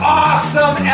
awesome